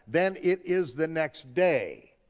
then it is the next day.